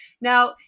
Now